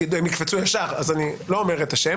פשוט, הם יקפצו ישר אז אני לא אומר את השם